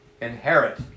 inherit